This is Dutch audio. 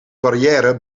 barrière